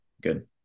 Good